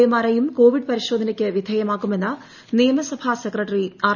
A മാരെയും Covid പരിശോധനയ്ക്ക് വിധേയമാക്കുമെന്ന് നിയമസഭാ സെക്രട്ടറി ആർ